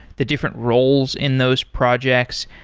the different roles in those projects,